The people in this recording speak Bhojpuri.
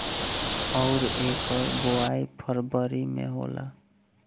अउर एकर बोवाई फरबरी मे होला